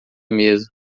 mesa